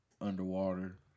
underwater